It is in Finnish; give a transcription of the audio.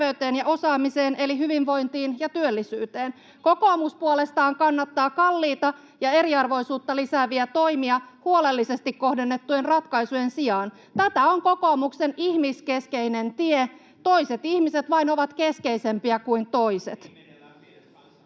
Kokoomus puolestaan kannattaa kalliita ja eriarvoisuutta lisääviä toimia huolellisesti kohdennettujen ratkaisujen sijaan. Tätä on kokoomuksen ihmiskeskeinen tie: toiset ihmiset vain ovat keskeisempiä kuin toiset. [Timo